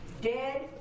Dead